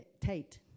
Tate